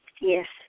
Yes